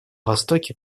востоке